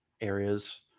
areas